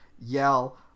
yell